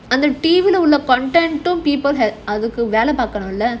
under T_V lah உள்ள:ulla content um people had அதுக்கு வேல பார்க்கணும்ல:adhuku vela paarkanumla